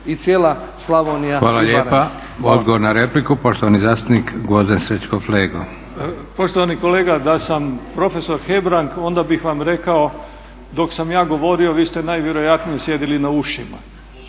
i cijela Slavonija i Baranja.